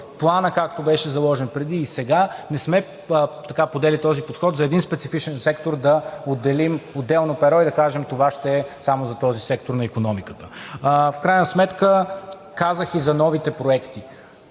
Плана, както беше заложен преди и сега, не сме подели този подход за един специфичен сектор да отделим отделно перо и да кажем, че това ще е само за този сектор на икономиката. В крайна сметка казах и за новите проекти.